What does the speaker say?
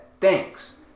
Thanks